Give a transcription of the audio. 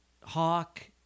Hawk